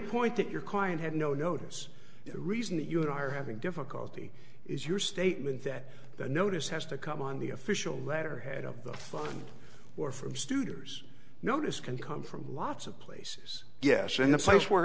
point that your client had no notice the reason you are having difficulty is your statement that the notice has to come on the official letterhead of the fund or from studer notice can come from lots of places yes and the place where